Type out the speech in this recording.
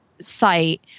site